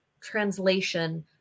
translation